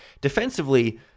defensively